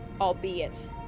albeit